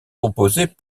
composées